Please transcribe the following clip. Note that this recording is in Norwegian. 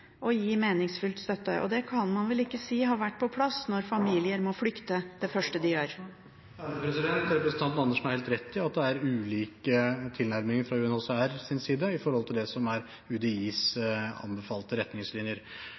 gi meningsfylt støtte. Og det kan man vel ikke si har vært på plass når familier må flykte, som det første de gjør. Representanten Karin Andersen har helt rett i at det er ulike tilnærminger fra UNHCRs side i forhold til det som er UDIs anbefalte retningslinjer.